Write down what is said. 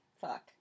Fuck